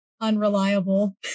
unreliable